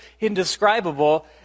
indescribable